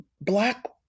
Black